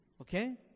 okay